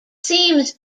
seems